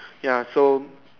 ya so